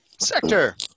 Sector